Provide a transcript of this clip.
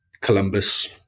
Columbus